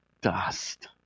dust